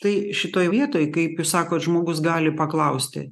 tai šitoj vietoj kaip jūs sakot žmogus gali paklausti